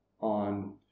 on